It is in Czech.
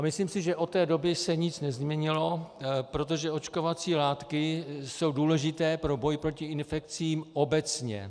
Myslím si, že od té doby se nic nezměnilo, protože očkovací látky jsou důležité pro boj proti infekcím obecně.